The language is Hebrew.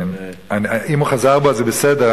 אם הוא חזר בו אז זה בסדר.